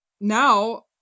now